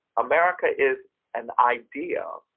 america is an idea,